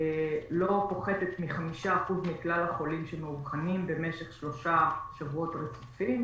לא פוחתת מ-5% מכלל החולים שמאובחנים במשך שלושה שבועות רצופים,